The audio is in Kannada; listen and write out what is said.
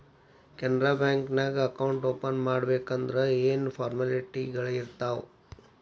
ಕೆನರಾ ಬ್ಯಾಂಕ ನ್ಯಾಗ ಅಕೌಂಟ್ ಓಪನ್ ಮಾಡ್ಬೇಕಂದರ ಯೇನ್ ಫಾರ್ಮಾಲಿಟಿಗಳಿರ್ತಾವ?